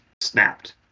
snapped